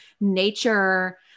nature